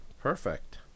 perfect